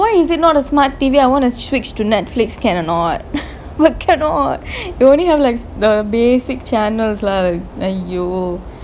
why is it not as smart T_V I want to switch to Netflix can or not but cannot only have like the basic channels lah !aiyo!